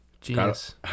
genius